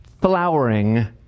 flowering